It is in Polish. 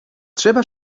trzeba